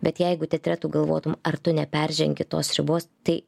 bet jeigu teatre tu galvotum ar tu neperžengi tos ribos tai